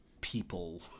people